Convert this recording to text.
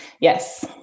yes